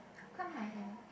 how come my and